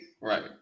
right